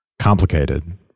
complicated